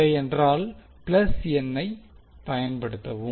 இல்லையென்றால் ஐ பயன்படுத்தவும்